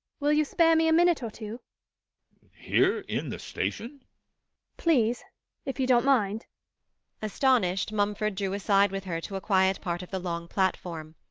will you spare me a minute or two here? in the station please if you don't mind astonished, mumford drew aside with her to a quiet part of the long platform.